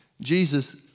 Jesus